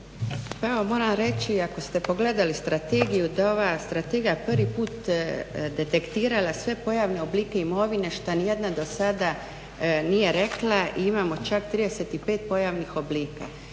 Pa evo moram reći ako ste pogledali strategiju da je ova strategija prvi put detektirala sve pojavne oblike imovine što nijedna do sada nije rekla i imamo čak 35 pojavnih oblika.